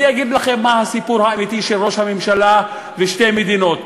אני אגיד לכם מה הסיפור האמיתי של ראש הממשלה ושתי מדינות.